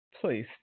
Please